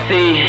See